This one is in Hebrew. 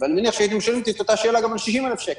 ואני מניח שהייתם שואלים אותי את אותה שאלה גם על 60,000 שקל.